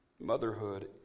Motherhood